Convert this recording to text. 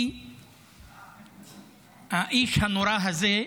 כי האיש הנורא הזה,